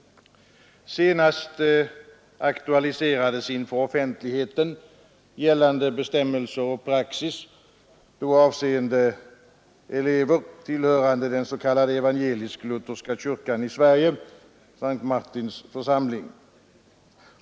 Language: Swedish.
Senast aktualiserades gällande bestämmelser och praxis inför offentligheten i fråga om elever tillhörande den s.k. evangelisk-lutherska kyrkan i Sverige, S:t Martins församling.